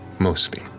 mostly.